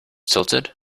tilted